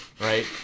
Right